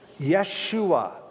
Yeshua